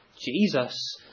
Jesus